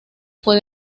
fue